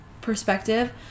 perspective